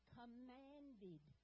commanded